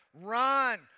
run